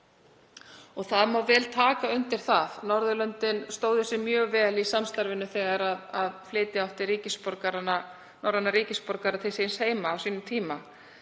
Það má vel taka undir það. Norðurlöndin stóðu sig mjög vel í samstarfinu þegar flytja átti norræna ríkisborgara til síns heima á sínum tíma.